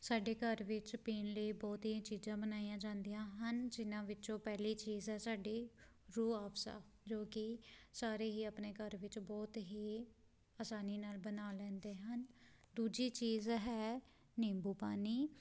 ਸਾਡੇ ਘਰ ਵਿੱਚ ਪੀਣ ਲਈ ਬਹੁਤੀਆਂ ਚੀਜ਼ਾਂ ਬਣਾਈਆਂ ਜਾਂਦੀਆਂ ਹਨ ਜਿਹਨਾਂ ਵਿੱਚੋਂ ਪਹਿਲੀ ਚੀਜ਼ ਆ ਸਾਡੀ ਰੂਹ ਆਫਜਾ ਜੋ ਕਿ ਸਾਰੇ ਹੀ ਆਪਣੇ ਘਰ ਵਿੱਚ ਬਹੁਤ ਹੀ ਆਸਾਨੀ ਨਾਲ ਬਣਾ ਲੈਂਦੇ ਹਨ ਦੂਜੀ ਚੀਜ਼ ਹੈ ਨਿੰਬੂ ਪਾਣੀ